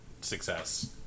success